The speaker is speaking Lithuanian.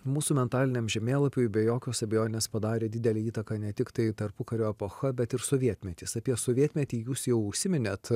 mūsų mentaliniam žemėlapiui be jokios abejonės padarė didelę įtaką ne tiktai tarpukario epocha bet ir sovietmetis apie sovietmetį jūs jau užsiminėt